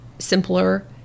simpler